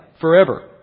forever